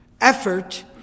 effort